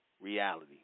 reality